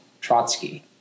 Trotsky